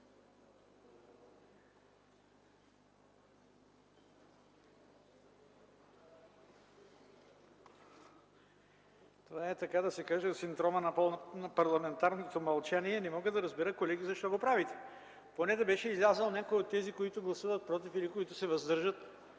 Това е така да се каже синдромът на парламентарното мълчание. Не мога да разбера, колеги, защо го правите! Поне да беше излязъл някой от тези, които гласуват против или се въздържат